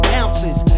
ounces